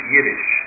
Yiddish